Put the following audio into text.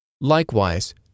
Likewise